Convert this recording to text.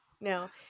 No